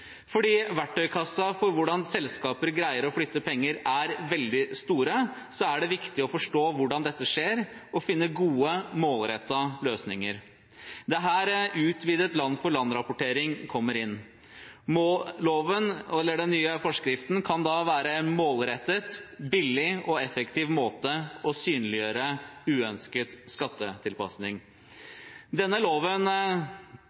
Fordi verktøykassen for hvordan selskaper greier å flytte penger, er veldig stor, er det viktig å forstå hvordan dette skjer og finne gode, målrettede løsninger. Det er her utvidet land-for-land-rapportering kommer inn. Den nye forskriften kan da være en målrettet, billig og effektiv måte å synliggjøre uønsket skattetilpasning på. Denne loven